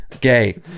gay